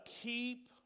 keep